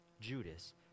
Judas